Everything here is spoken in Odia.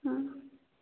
ହୁଁ